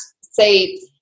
say